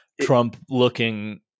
Trump-looking